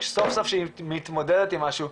כשהיא סוף סוף מתמודדת עם משהו,